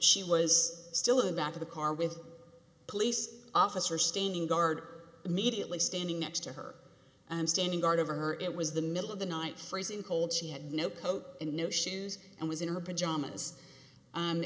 she was still in the back of the car with a police officer standing guard immediately standing next to her and standing guard over her it was the middle of the night freezing cold she had no coat and no shoes and was